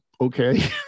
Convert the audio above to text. okay